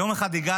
יום אחד הגעתי